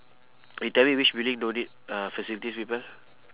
you tell me which building don't need uh facilities people